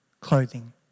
clothing